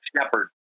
Shepard